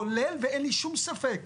כולל ואין לי שום ספק,